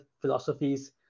philosophies